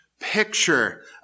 picture